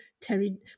Terry